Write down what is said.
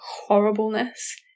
horribleness